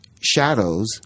shadows